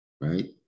right